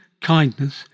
kindness